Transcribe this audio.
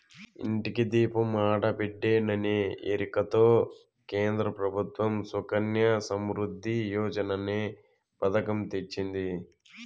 ఇంటికి దీపం ఆడబిడ్డేననే ఎరుకతో కేంద్ర ప్రభుత్వం సుకన్య సమృద్ధి యోజననే పతకం తెచ్చింది